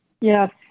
Yes